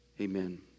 Amen